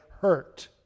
hurt